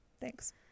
thanks